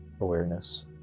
awareness